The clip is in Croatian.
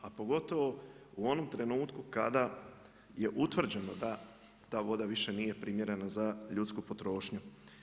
A pogotovo u onom trenutku kada je utvrđeno da ta voda više nije primjerena za ljudsku potrošnju.